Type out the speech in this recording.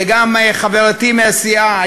וגם חברתי מהסיעה,